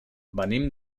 venim